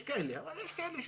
אבל יש כאלה שאומרים,